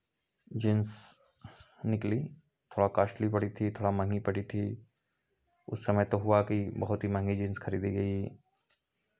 jeans निकली थोड़ा costly पड़ी थी थोड़ा महंगी पड़ी थी उस समय तो हुआ कि बहुत ही महंगी जींस खरीदी गई